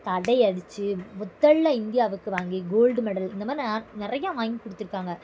தடையடிச்சு முதலில் இந்தியாவுக்கு வாங்கி கோல்டு மெடல் இந்தமாதிரி நெ நிறைய வாங்கி கொடுத்துருக்காங்க